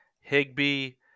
Higby